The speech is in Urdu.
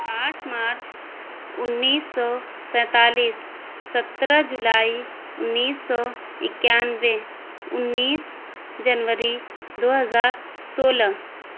آٹھ مارچ انیس سو سینتالیس سترہ جولائی انیس سو اکیانوے انیس جنوری دو ہزار سولہ